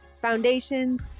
foundations